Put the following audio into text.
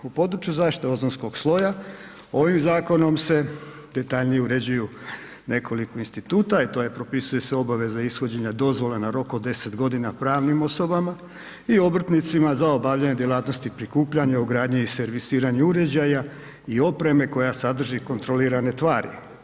U području zaštite ozonskog sloja ovim zakonom se detaljnije uređuju nekoliko instituta i to je propisuje se obveza ishođenja dozvola na rok od 10 godina pravnim osobama i obrtnicima za obavljanje djelatnosti prikupljanja, ugradnje i servisiranja uređaja i opreme koja sadrži kontrolirane tvari.